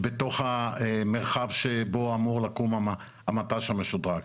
בתוך המרחב שבו אמור לקום המט"ש המשודרג.